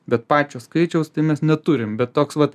bet pačio skaičiaus tai mes neturim bet toks vat